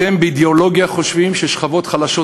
אתם באידיאולוגיה חושבים ששכבות חלשות,